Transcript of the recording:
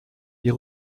wir